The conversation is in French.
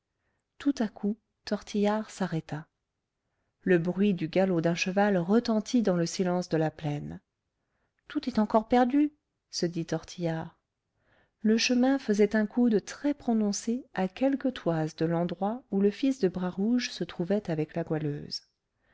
tout à coup tortillard s'arrêta le bruit du galop d'un cheval retentit dans le silence de la plaine tout est encore perdu se dit tortillard le chemin faisait un coude très prononcé à quelques toises de l'endroit où le fils de bras rouge se trouvait avec la goualeuse